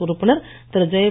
காங்கிரஸ் உறுப்பினர் திரு